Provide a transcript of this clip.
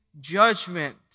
judgment